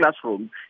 classroom